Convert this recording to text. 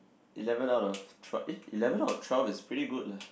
eleven out of twe~ eh eleven out of twelve is pretty good leh